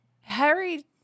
Harry